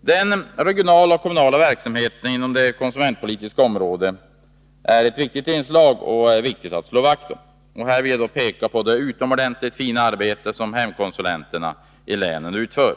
Den regionala och kommunala verksamheten inom det konsumentpolitiska området är ett viktigt inslag, och den är viktig att slå vakt om. Här vill jag peka på det utomordentliga arbete som hemkonsulenterna i länen utför.